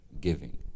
giving